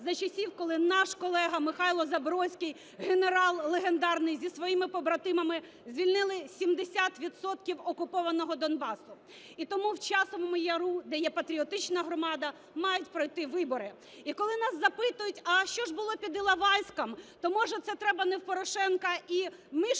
за часів, коли наш колега Михайло Забродський, генерал легендарний, зі своїми побратимами звільнили 70 відсотків окупованого Донбасу. І тому в Часовому Яру, де патріотична громада мають пройти вибори. І коли нас запитують, а що ж було під Іловайськом? То, може, це треба не в Порошенка і Миши